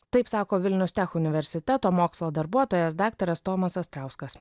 taip sako vilniaus tech universiteto mokslo darbuotojas daktaras tomas astrauskas